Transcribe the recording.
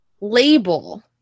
label